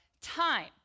time